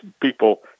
people